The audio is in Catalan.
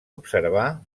observar